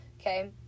Okay